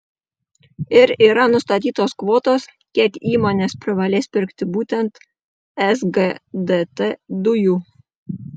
ir yra nustatytos kvotos kiek įmonės privalės pirkti būtent sgdt dujų